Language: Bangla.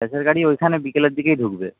গ্যাসের গাড়ি ওইখানে বিকেলের দিকেই ঢুকবে